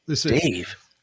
Dave